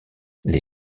les